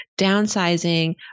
downsizing